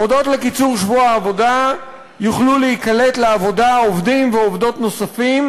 הודות לקיצור שבוע העבודה יוכלו להיקלט לעבודה עובדים ועובדות נוספים,